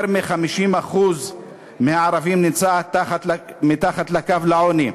יותר מ-50% מהערבים נמצאים מתחת לקו העוני,